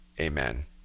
Amen